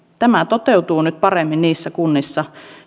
tämä toteutuu nyt paremmin niissä kunnissa